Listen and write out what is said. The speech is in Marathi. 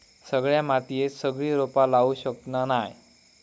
सगळ्या मातीयेत सगळी रोपा लावू शकना नाय